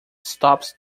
stops